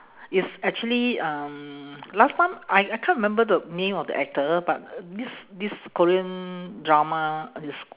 it's actually um last time I I can't remember the name of the actor but this this korean drama is